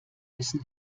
müssen